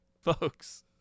Folks